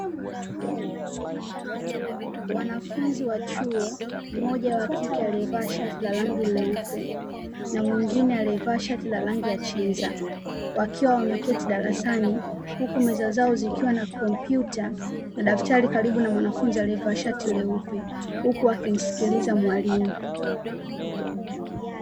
Wanafunzi wa chuo mmoja wa kike aliyevaa shati la rangi leupe, na mwingine aliyevaa shati la rangi ya chenza, wakiwa wameketi darasani, huku meza zao zikiwa na kompyuta na daftari karibu na mwanafunzi aliyevaa shati leupe, huku wakimsikiliza mwalimu.